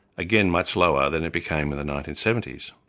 again much lower than it became in the nineteen seventy s.